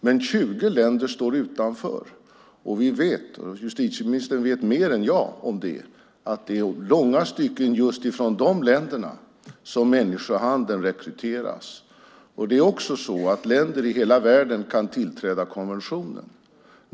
Men 20 länder står utanför, och vi vet - justitieministern vet mer än jag om det - att det i långa stycken är just från de länderna som människohandeln rekryteras. Det är också så att länder i hela världen kan tillträda konventionen.